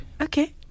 Okay